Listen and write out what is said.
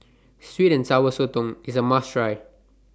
Sweet and Sour Sotong IS A must Try